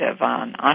on